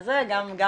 בבקשה.